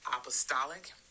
apostolic